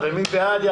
מי בעד?